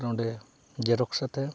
ᱱᱚᱰᱮ ᱡᱮᱨᱚᱠᱥ ᱠᱟᱛᱮᱫ